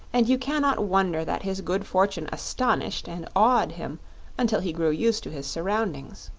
and you can not wonder that his good fortune astonished and awed him until he grew used to his surroundings.